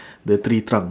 the tree trunk